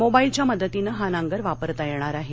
मोबाईलच्या मदतीनं हा नांगर वापरता येणार आहे